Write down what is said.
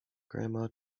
grandma